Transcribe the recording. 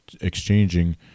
Exchanging